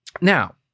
Now